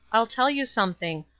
i'll tell you something.